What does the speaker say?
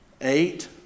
Eight